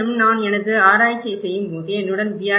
மேலும் நான் எனது ஆராய்ச்சியைச் செய்யும்போது என்னுடன் B